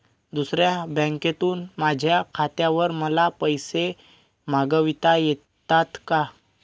दुसऱ्या बँकेतून माझ्या खात्यावर मला पैसे मागविता येतात का?